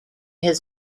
his